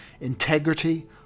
Integrity